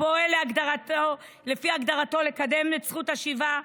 הפועל לפי הגדרתו לקדם את זכות השיבה,